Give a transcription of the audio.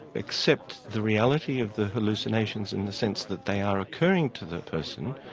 accept the reality of the hallucinations in the sense that they are occurring to the person,